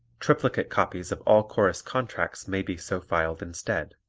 triplicate copies of all chorus contracts may be so filed instead.